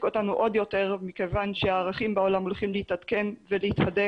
אותנו עוד יותר מכיוון שהערכים בעולם הולכים להתעדכן ולהתהדק